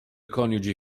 coniugi